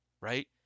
right